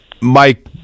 Mike